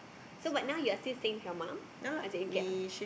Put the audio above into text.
so but now your still staying with your mum until you get a